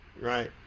right